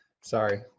Sorry